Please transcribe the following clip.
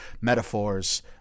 metaphors